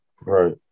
Right